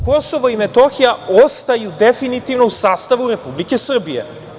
Kosovo i Metohija ostaju definitivno u sastavu Republike Srbije.